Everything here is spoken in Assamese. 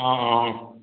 অঁ অঁ অঁ